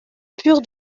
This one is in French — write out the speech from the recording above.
pure